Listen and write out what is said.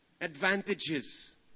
Advantages